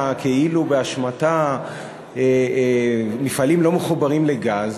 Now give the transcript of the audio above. כאילו באשמתה מפעלים לא מחוברים לגז,